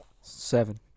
Seven